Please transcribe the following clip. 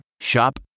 Shop